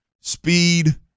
speed